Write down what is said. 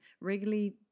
regularly